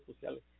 sociales